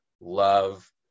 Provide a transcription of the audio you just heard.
love